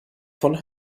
von